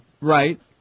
Right